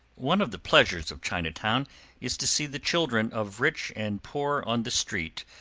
one of the pleasures of chinatown is to see the children of rich and poor on the street,